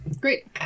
Great